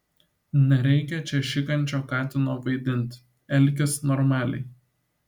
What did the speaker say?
nereikia čia šikančio katino vaidint elkis normaliai